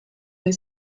they